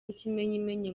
n’ikimenyimenyi